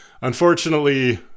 Unfortunately